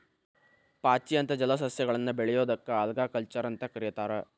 ಪಾಚಿ ಅಂತ ಜಲಸಸ್ಯಗಳನ್ನ ಬೆಳಿಯೋದಕ್ಕ ಆಲ್ಗಾಕಲ್ಚರ್ ಅಂತ ಕರೇತಾರ